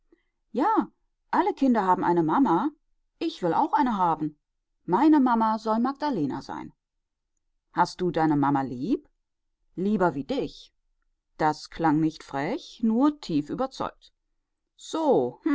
ja alle kinder haben eine mamma ich will auch eine haben meine mamma soll magdalena sein hast du deine mamma lieb lieber wie dich das klang nicht frech nur tief überzeugt so